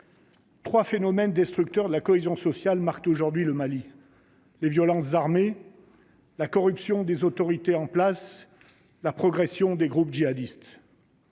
3 phénomènes destructeurs de la cohésion sociale marquée aujourd'hui le Mali les violences armées, la corruption des autorités en place la progression des groupes jihadistes.